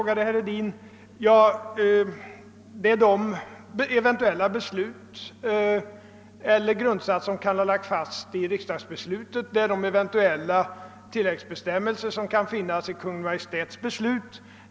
Ja, det är de eventuella beslut eller grundsatser som kan ha lagts fast i riksdagsbeslutet, och det är de eventuella tilläggsbestämmelser som kan finnas i Kungl. Maj:ts beslut.